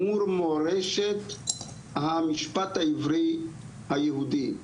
לשימור מורשת המשפט העברי היהודי,